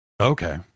okay